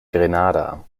grenada